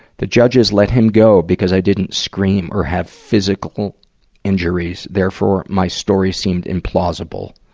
the judges let him go because i didn't scream or have physical injuries therefore my story seemed implausible.